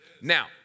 Now